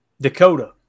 Dakota